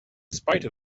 spite